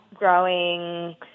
growing